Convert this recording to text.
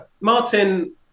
martin